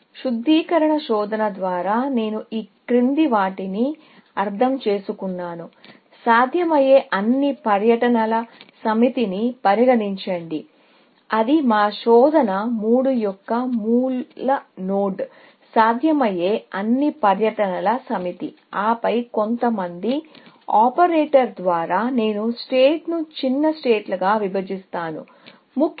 శుద్ధీకరణ శోధన ద్వారా నేను ఈ క్రింది వాటిని అర్థం చేసుకున్నాను సాధ్యమయ్యే అన్ని పర్యటనల సెట్ ని పరిగణించండి అది మా శోధన మూడు యొక్క మూల నోడ్ సాధ్యమయ్యే అన్ని పర్యటనల సమితి ఆపై కొంతమంది ఆపరేటర్ ద్వారా నేను సెట్ను చిన్న సెట్లుగా విభజిస్తాను ముఖ్యంగా